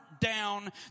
down